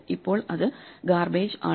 ഇപ്പോൾ അത് ഗാർബേജ് ആണ്